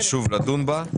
ולדון בה שוב.